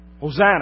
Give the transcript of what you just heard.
Hosanna